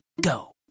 Go